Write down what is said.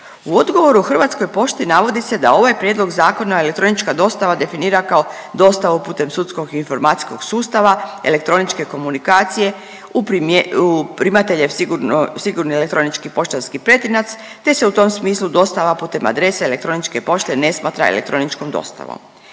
U odgovoru Hrvatskoj pošti navodi se da ovaj Prijedlog zakona elektronička dostava definira kao dostava putem sudskom informacijskog sustava elektroničke komunikacije u primatelje sigurni elektronički poštanski pretinac te se u tom smislu dostava putem adrese elektroničke pošte ne smatra elektroničkom dostavom.